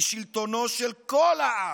היא שלטונו של כל העם,